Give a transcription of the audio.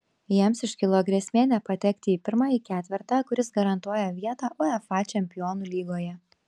jiems iškilo grėsmė nepatekti į pirmąjį ketvertą kuris garantuoja vietą uefa čempionų lygoje